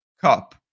Cup